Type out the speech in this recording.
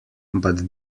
but